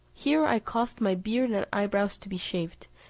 here i caused my beard and eyebrows to be shaved,